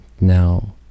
Now